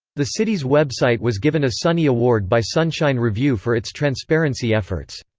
the city's website was given a sunny award by sunshine review for its transparency efforts.